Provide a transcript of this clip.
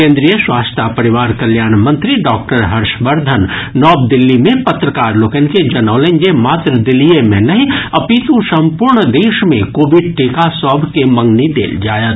केन्द्रीय स्वास्थ्य आ परिवार कल्याण मंत्री डॉक्टर हर्षवर्धन नव दिल्ली मे पत्रकार लोकनि के जनौलनि जे मात्र दिल्लीए मे नहि अपितु संपूर्ण देश मे कोविड टीका सभ के मंगनी देल जायत